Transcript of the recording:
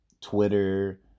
Twitter